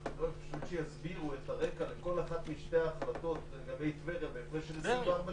אם הם מרוכזים בשכונות, נעדיף לשים סגר על